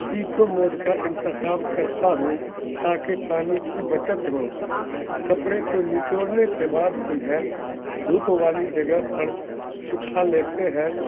eco mode کا انتخاب کرتا ہوں تاکہ پانی کی بچت ہو کپڑے کو نچوڑنے کے بعد انہیں دھوپ والی جگہ پر سوکھا لیتے ہیں